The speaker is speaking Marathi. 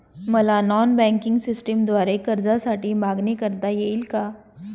मला नॉन बँकिंग सिस्टमद्वारे कर्जासाठी मागणी करता येईल का?